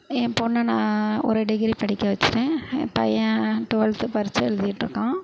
என் பொண்ணை நான் ஒரு டிகிரி படிக்க வச்சுட்டேன் என் பையன் டுவெல்த்து பரீட்சை எழுதிட்ருக்கான்